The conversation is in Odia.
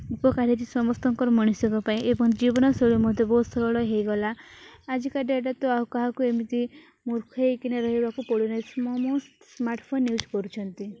ଉପକାର ହୋଇଛି ସମସ୍ତଙ୍କର ମଣିଷଙ୍କ ପାଇଁ ଏବଂ ଜୀବନଶୈଳୀ ମଧ୍ୟ ବହୁତ ସରଳ ହୋଇଗଲା ଆଜିକା ଡେଟ୍ରେ ତ ଆଉ କାହାକୁ ଏମିତି ମୂର୍ଖ ହୋଇକିନା ରହିବାକୁ ପଡ଼ୁନାହିଁ ସ୍ମାର୍ଟ୍ଫୋନ୍ ୟୁଜ୍ କରୁଛନ୍ତି